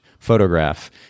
photograph